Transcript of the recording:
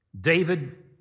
David